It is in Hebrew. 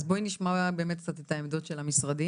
אז בואי נשמע קצת את העמדות של המשרדים.